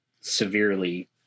severely